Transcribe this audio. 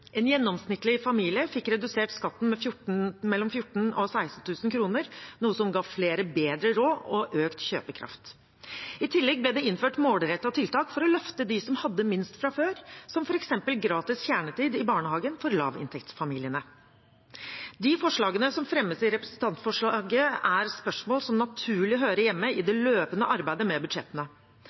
En gjennomsnittlig familie fikk redusert skatten med mellom 14 000 kr og 16 000 kr, noe som ga flere bedre råd og økt kjøpekraft. I tillegg ble det innført målrettede tiltak for å løfte dem som hadde minst fra før, som f.eks. gratis kjernetid i barnehagen for lavinntektsfamiliene. De forslagene som fremmes i representantforslaget, er spørsmål som naturlig hører hjemme i det løpende arbeidet med budsjettene.